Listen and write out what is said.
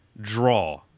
draw